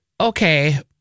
Okay